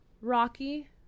rocky